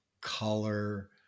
color